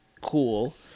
cool